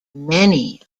many